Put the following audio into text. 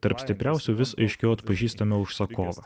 tarp stipriausių vis aiškiau atpažįstame užsakovą